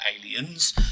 Aliens